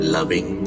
Loving